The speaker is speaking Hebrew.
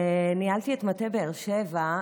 ניהלתי את מטה באר שבע,